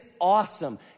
awesome